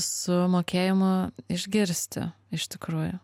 su mokėjimu išgirsti iš tikrųjų